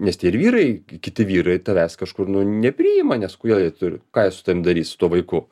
nes tie ir vyrai kiti vyrai tavęs kažkur nu nepriima nes kodėl jie turi ką jie su tavim darys su tuo vaiku